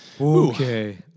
Okay